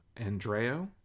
andreo